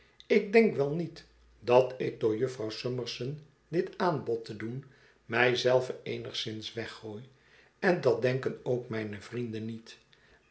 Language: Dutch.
ik denk wel niet dat ik door jufvrouw summerson dit aanbod te doen mij zelven eenigszins weggooi en dat denken ook mijne vrienden niet